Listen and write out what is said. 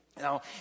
Now